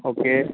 okay